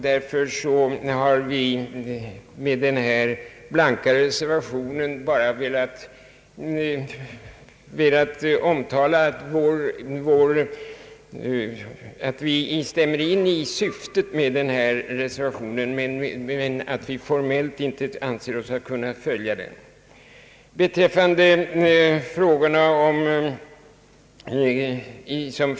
Därför har vi med vår blanka reservation bara velat omtala att vi instämmer i syftet med reservationen 9 a men formellt inte anser oss kunna följa den.